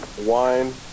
wine